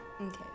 Okay